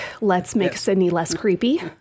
let's-make-Sydney-less-creepy